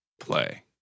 play